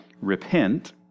Repent